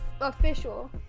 official